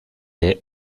est